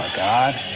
god.